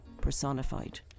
personified